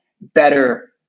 better